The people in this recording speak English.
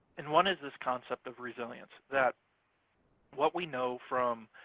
and one is this concept of resilience, that what we know from